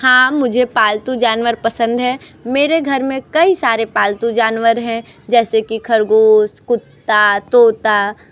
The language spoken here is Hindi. हाँ मुझे पालतू जानवर पसंद है मेरे घर में कई सारे पालतू जानवर हैं जैसे कि खरगोश कुत्ता तोता